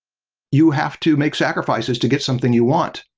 you have to make sacrifices to get something you want,